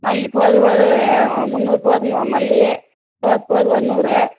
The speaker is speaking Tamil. மல்லிபோகுது ஒரு முந்நூறு போதும்மா மல்லி ரோஸ் போகுது ஒரு நூறு